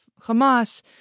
Hamas